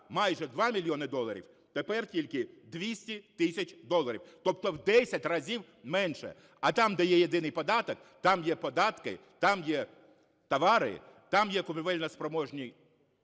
майже 2 мільйони доларів, тепер тільки 200 тисяч доларів, тобто в 10 разів менше. А там, де єдиний податок, там є податки, там є товари, там є купівельноспроможній